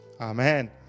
Amen